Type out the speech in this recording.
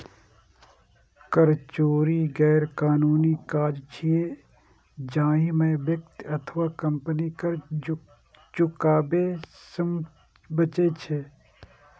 कर चोरी गैरकानूनी काज छियै, जाहि मे व्यक्ति अथवा कंपनी कर चुकाबै सं बचै छै